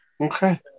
okay